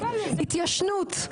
התיישנות,